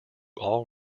all